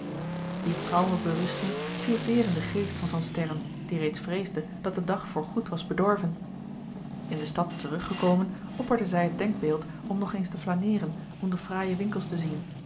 die kalme berusting viel zeer in den geest van van sterren die reeds vreesde dat de dag voor goed was bedorven in de stad terug gekomen opperde zij het denkbeld om nog eens te flaneeren om de fraaie winkels te zien